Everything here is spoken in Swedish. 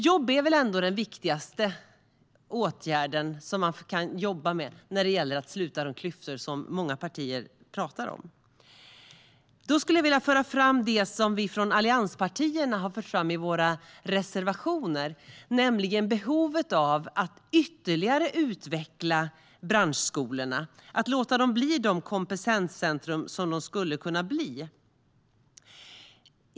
Jobb är väl ändå den viktigaste åtgärden som man kan jobba med när det gäller att sluta de klyftor som många partier pratar om. Då skulle jag vilja föra fram det som vi från allianspartierna har fört fram i våra reservationer, nämligen behovet av att ytterligare utveckla branschskolorna och låta dem bli de kompetenscentrum som de skulle kunna bli.